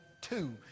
two